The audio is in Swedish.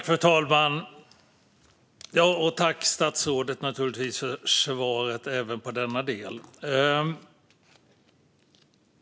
Fru talman! Jag tackar statsrådet för svaret.